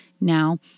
Now